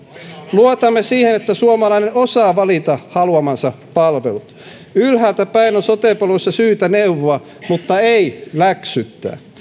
luotamme siihen että suomalainen osaa valita haluamansa palvelut ylhäältäpäin on sote palveluissa syytä neuvoa mutta ei läksyttää